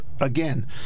again